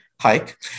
hike